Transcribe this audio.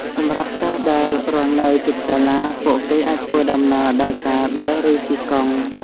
សម្រាប់សិស្សដែលរស់នៅជិតសាលា ពួកគេអាចធ្វើដំណើរដោយការដើរឬជិះកង់។